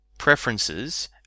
preferences